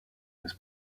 his